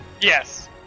Yes